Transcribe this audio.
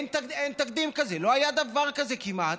אין תקדים כזה, לא היה דבר כזה כמעט,